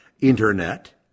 Internet